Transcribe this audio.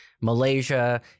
Malaysia